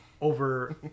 over